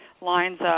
lines